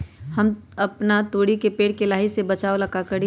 हम अपना तोरी के पेड़ के लाही से बचाव ला का करी?